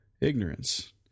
ignorance